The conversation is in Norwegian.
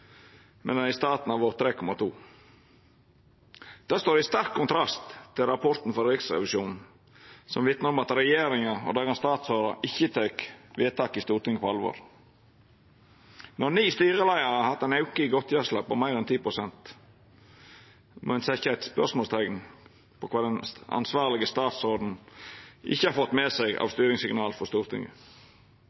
i staten har vore 3,2 pst. Det står i sterk kontrast til rapporten frå Riksrevisjonen, som vitnar om at regjeringa og statsrådane ikkje tek vedtak i Stortinget på alvor. Når ni styreleiarar har hatt ein auke i godtgjersla på meir enn 10 pst., må ein setja eit spørsmålsteikn ved kva den ansvarlege statsråden ikkje har fått med seg av styringssignal frå Stortinget.